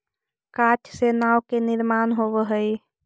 काठ से नाव के निर्माण होवऽ हई